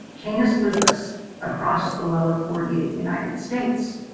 candace lucas across the lower forty eight united states,